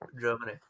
Germany